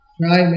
try